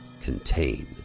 Contain